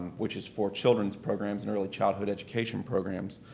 which is for children's programs and early childhood education programs.